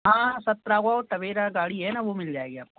हाँ सत्रह को टबेरा गाड़ी है ना वो मिल जाएगी आप को